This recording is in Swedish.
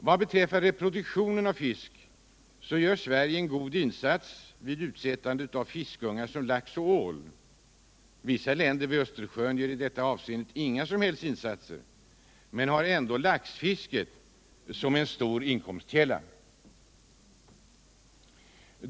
Vad beträffar reproduktionen av fisk gör Sverige en god insats vid utsältandet av ungfisk, 1. ex. av lax och ål. Vissa länder vid Östersjön gör i detta avseende inga som helst insatser men har ändå laxfisket som cen stor inkomstkälla.